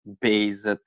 base